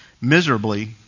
miserably